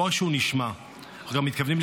אנחנו שומעים גם את הקול שלכם כאן,